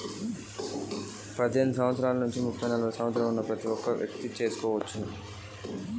ప్రధాన మంత్రి జన్ ధన్ యోజన అంటే ఏంటిది? ఎవరెవరు అప్లయ్ చేస్కోవచ్చు?